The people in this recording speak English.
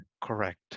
correct